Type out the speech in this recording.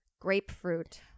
Grapefruit